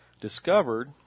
discovered